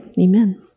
Amen